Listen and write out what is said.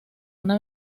una